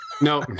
No